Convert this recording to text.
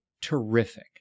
terrific